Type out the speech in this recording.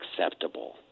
acceptable